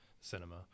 cinema